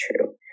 true